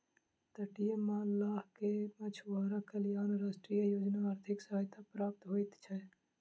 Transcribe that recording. तटीय मल्लाह के मछुआरा कल्याण राष्ट्रीय योजना आर्थिक सहायता प्राप्त होइत छै